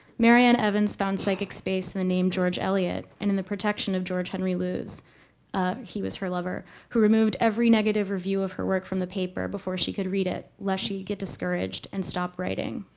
marian evans found psychic space in the name george eliot and in the protection of george henry lewes he was her lover who removed every negative review of her work from the paper before she could read it lest she get discouraged and stop writing.